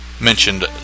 Mentioned